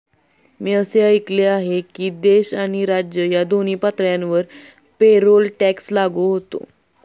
मी असे ऐकले आहे की देश आणि राज्य या दोन्ही पातळ्यांवर पेरोल टॅक्स लागू होतो